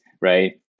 right